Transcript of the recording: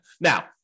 Now